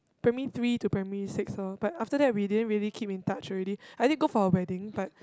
primary three to primary six orh but after that we didn't really keep in touch already I did go for her wedding but